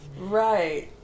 Right